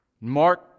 Mark